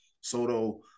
Soto